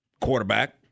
quarterback